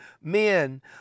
men